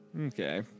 okay